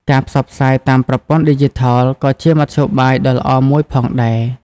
ការផ្សព្វផ្សាយតាមប្រព័ន្ធឌីជីថលក៏ជាមធ្យោបាយដ៏ល្អមួយផងដែរ។